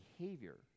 behavior